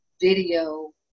video